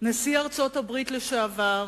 ונשיא ארצות-הברית לשעבר